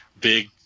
big